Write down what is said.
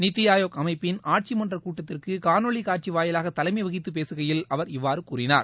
நித்தி ஆயோக் அமைப்பின் ஆட்சி மன்றக் கூட்டத்தில் காணொலி காட்சி வாயிலாக தலைமை வகித்து பேசுகையில் அவர் இவ்வாறு கூறினார்